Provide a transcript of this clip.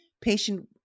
Patient